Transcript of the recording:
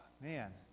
man